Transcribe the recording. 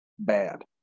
Bad